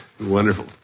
Wonderful